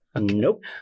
Nope